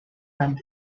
landing